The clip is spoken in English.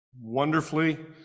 wonderfully